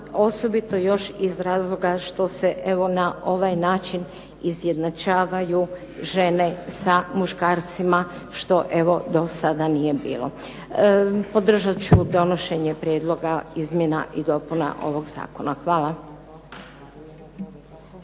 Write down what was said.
osobito još iz razloga što se evo na ovaj način izjednačavaju žene sa muškarcima što evo do sada nije bilo. Podržat ću donošenje prijedloga izmjena i dopuna ovog zakona. Hvala.